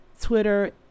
Twitter